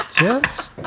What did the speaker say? Yes